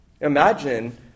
Imagine